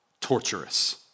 torturous